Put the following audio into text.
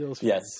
Yes